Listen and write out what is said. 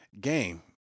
game